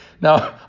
Now